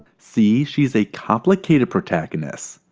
see she's a complicated protagonist.